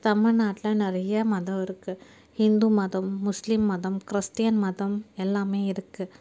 தமிழ்நாட்டில் நிறைய மதம் இருக்குது இந்து மதம் முஸ்லீம் மதம் கிறிஸ்டின் மதம் எல்லாமே இருக்குது